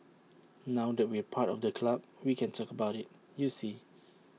now that we're part of the club we can talk about IT you see